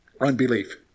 unbelief